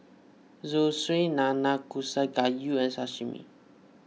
Zosui Nanakusa Gayu and Sashimi